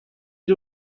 had